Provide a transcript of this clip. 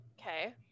Okay